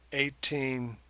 eighteen,